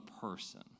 person